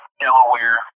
Delaware